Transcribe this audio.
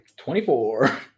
24